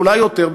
ואולי יותר,